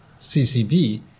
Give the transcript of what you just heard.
CCB